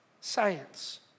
science